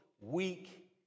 weak